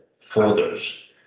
folders